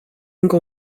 încă